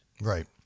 Right